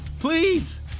Please